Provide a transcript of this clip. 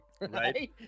Right